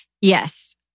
Yes